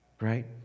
right